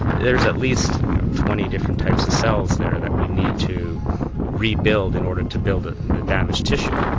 there is at least twenty different types of cells there that we need to rebuild in order to build ah the damaged tissue.